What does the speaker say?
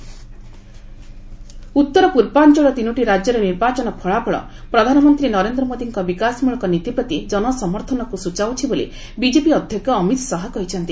ରିଭ୍ ଅମିତ ଶାହା ଉତ୍ତର ପୂର୍ବାଞ୍ଚଳ ତିନୋଟି ରାଜ୍ୟର ନିର୍ବାଚନ ଫଳାଫଳ ପ୍ରଧାନମନ୍ତ୍ରୀ ନରେନ୍ଦ୍ର ମୋଦିଙ୍କ ବିକାଶମୃଳକ ନୀତି ପ୍ରତି ଜନସମର୍ଥନକୁ ସୂଚାଉଛି ବୋଲି ବିଜେପି ଅଧ୍ୟକ୍ଷ ଅମିତ ଶାହା କହିଛନ୍ତି